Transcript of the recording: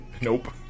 nope